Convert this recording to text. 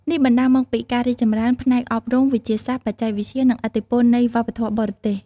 នេះបណ្តាលមកពីការរីកចម្រើនផ្នែកអប់រំ វិទ្យាសាស្ត្រ បច្ចេកវិទ្យា និងឥទ្ធិពលនៃវប្បធម៌បរទេស។